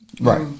Right